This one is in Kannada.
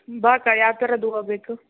ಬಾ ಅಕ್ಕ ಯಾವ ಥರದ ಹೂವ ಬೇಕು